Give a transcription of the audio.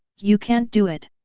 you can't do it.